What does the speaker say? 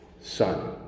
son